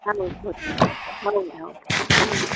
ಹೌದು ಹೌದು ಹ್ಞೂ